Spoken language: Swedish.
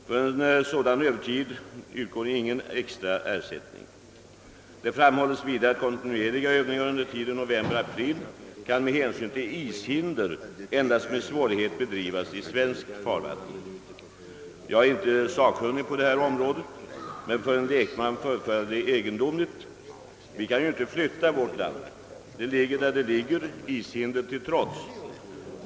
För sådan övertid utgår ingen ersättning. Det framhålles vidare att kontinuerliga övningar under tiden november— april med hänsyn till ishinder endast med svårighet kan bedrivas i svenska vatten. Jag är inte sakkunnig på området, men för en lekman förefaller det påståendet egendomligt. Vi kan ju inte flytta vårt land — det ligger där det ligger, ishinder till trots.